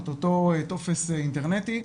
את אותו טופס אינטרנטי,